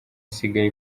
isigaye